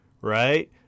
right